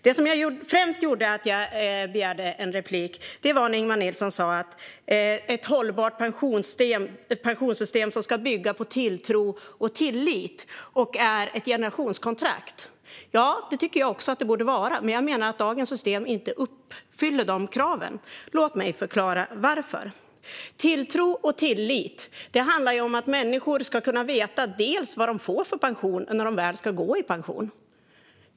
Det som främst gjorde att jag begärde replik var att Ingemar Nilsson sa att ett hållbart pensionssystem ska bygga på tilltro och tillit och att det är ett generationskontrakt. Ja, det tycker jag också att det borde vara. Men dagens system uppfyller inte de kraven. Låt mig förklara varför. Tilltro och tillit handlar ju om att människor ska kunna veta vad de får i pension när de väl ska gå i pension.